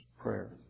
prayer